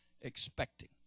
expecting